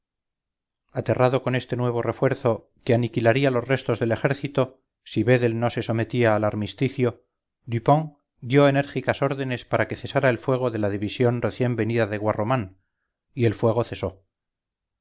aterrado con este nuevo refuerzo que aniquilaría los restos del ejército si vedel no se sometía al armisticio dupont dio enérgicas órdenes para que cesara el fuego de la división recién venida de guarromán y el fuego cesó